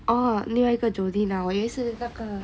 oh 另外个 jolene ah 我以为是那个